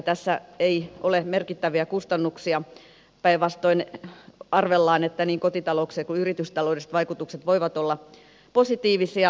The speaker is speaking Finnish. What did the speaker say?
tässä ei ole merkittäviä kustannuksia päinvastoin arvellaan että niin kotitalouksien kuin yritystaloudelliset vaikutukset voivat olla positiivisia